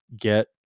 get